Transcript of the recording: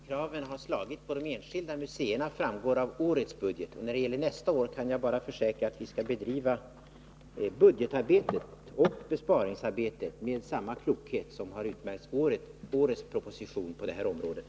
Herr talman! Hur besparingskraven har slagit på de enskilda museerna framgår av årets budget, och när det gäller nästa år kan jag bara försäkra att vi skall bedriva budgetarbetet och besparingsarbetet med samma klokhet som har utmärkt årets proposition på det här området.